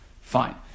Fine